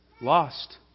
Lost